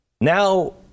now